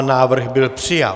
Návrh byl přijat.